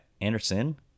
anderson